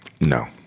No